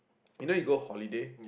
you know you go holiday